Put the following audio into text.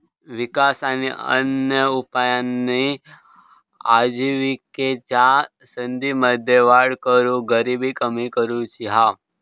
विकास आणि अन्य उपायांनी आजिविकेच्या संधींमध्ये वाढ करून गरिबी कमी करुची हा